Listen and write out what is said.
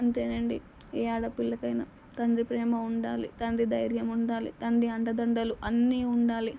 అంతే అండి ఏ ఆడపిల్లకైనా తండ్రి ప్రేమ ఉండాలి తండ్రి ధైర్యం ఉండాలి తండ్రి అండదండలు అన్నీ ఉండాలి